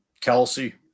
Kelsey